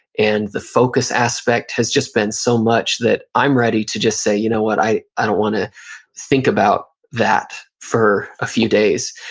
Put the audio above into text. and the focus aspect has just been so much that i'm ready to just say, you know what? i i don't want to think about that for a few days.